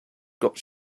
got